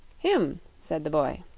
him! said the boy.